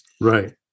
Right